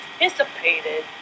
anticipated